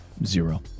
Zero